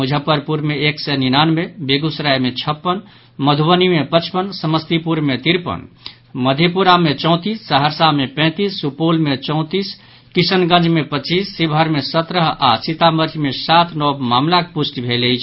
मुजफ्फरपुर मे एक सय निनानवे बेगूसराय मे छपन मधुबनी मे पचपन समस्तीपुर मे तिरपन मधेपुरा मे चौतीस सहरसा मे पैंतीस सुपौल मे चौतीस किशनगंज मे पचीस शिवहर मे सत्रह आओर सीतामढ़ी मे सात नव मामिला पुष्टि भेल अछि